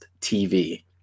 TV